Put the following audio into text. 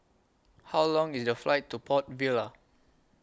How Long IS The Flight to Port Vila